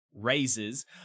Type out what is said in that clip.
raises